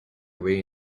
way